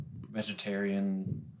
vegetarian